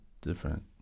different